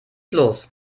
los